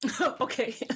Okay